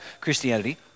Christianity